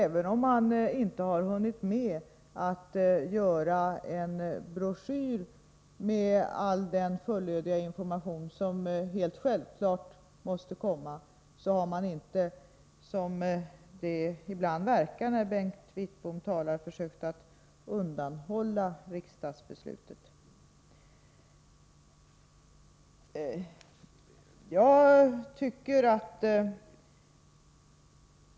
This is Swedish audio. Även om man inte har hunnit med att göra en broschyr med all den fullödiga information som självfallet måste komma, har man alltså inte, som det ibland verkar när man hör Bengt Wittbom tala, försökt att undanhålla riksdagsbeslutet.